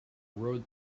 rode